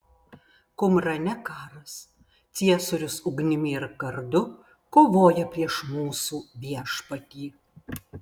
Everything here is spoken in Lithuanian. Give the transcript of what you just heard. kumrane karas ciesorius ugnimi ir kardu kovoja prieš mūsų viešpatį